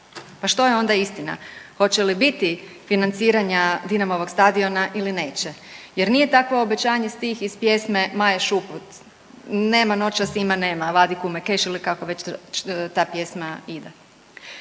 pa što je onda istina, hoće li biti financiranja Dinamovog stadiona ili neće jer nije takvo obećanje stih iz pjesme Maje Šuput „Nema noćas ima nema, vadi kume keš“ ili kako već ta pjesma ide.